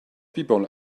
people